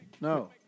No